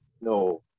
no